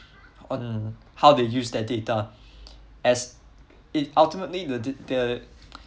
on how they use their data as it ultimately their